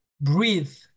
breathe